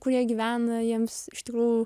kurie gyvena jiems iš tikrųjų